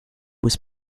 was